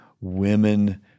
women